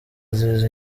ziza